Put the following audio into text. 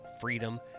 freedom